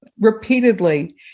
repeatedly